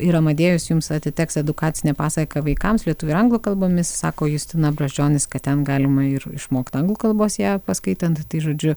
ir amadėjus jums atiteks edukacinė pasaka vaikams lietuvių ir anglų kalbomis sako justina brazdžionis kad ten galima ir išmokt anglų kalbos ją paskaitant tai žodžiu